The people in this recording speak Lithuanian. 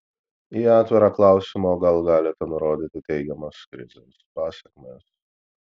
į atvirą klausimą o gal galite nurodyti teigiamas krizės pasekmes